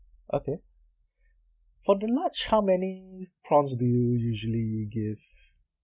okay for the large how many prawns do you usually gives